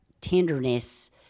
tenderness